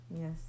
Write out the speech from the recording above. yes